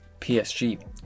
PSG